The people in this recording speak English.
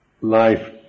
life